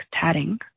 tatting